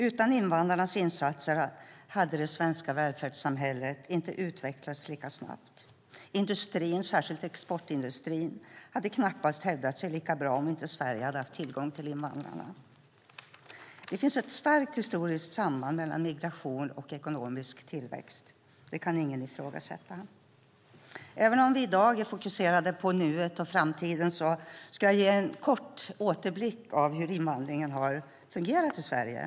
Utan invandrarnas insatser hade det svenska välfärdssamhället inte utvecklats lika snabbt. Industrin, särskilt exportindustrin, hade knappast hävdat sig lika bra om inte Sverige hade haft tillgång till invandrarna. Det finns ett starkt historiskt samband mellan migration och ekonomisk tillväxt. Det kan ingen ifrågasätta. Även om vi i dag är fokuserade på nuet och framtiden ska jag ge en kort återblick av hur invandringen har fungerat i Sverige.